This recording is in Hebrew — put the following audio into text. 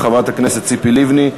חברת הכנסת ציפי לבני.